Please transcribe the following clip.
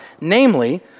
namely